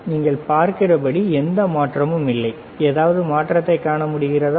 நீங்கள் பார்க்கிறபடி எந்த மாற்றமும் இல்லை ஏதாவது மாற்றத்தைக் காண முடிகிறதா